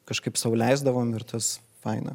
kažkaip sau leisdavom ir tas faina